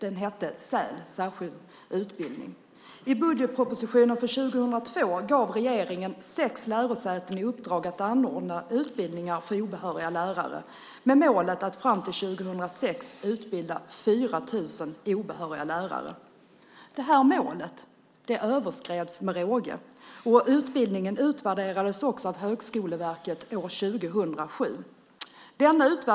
Den hette SÄL, särskild utbildning av lärare. I budgetpropositionen för 2002 gav regeringen sex lärosäten i uppdrag att anordna utbildningar för obehöriga lärare med målet att fram till 2006 utbilda 4 000 obehöriga lärare. Det målet överskreds med råge. Utbildningen utvärderades av Högskoleverket år 2007.